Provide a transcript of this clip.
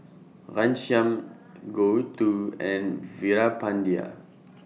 Ghanshyam Gouthu and Veerapandiya